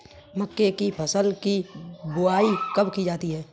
मक्के की फसल की बुआई कब की जाती है?